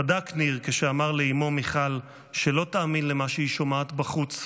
צדק ניר כשאמר לאימו מיכל שלא תאמין למה שהיא שומעת בחוץ,